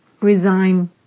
Resign